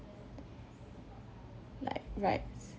like rides